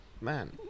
man